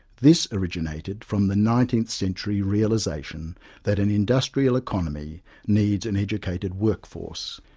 this originated from the nineteenth-century realization that an industrial economy needs an educated work force,